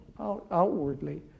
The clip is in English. outwardly